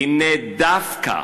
והנה, דווקא